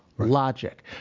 Logic